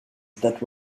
that